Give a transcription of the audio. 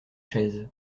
chaises